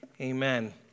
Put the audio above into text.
Amen